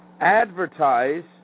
advertise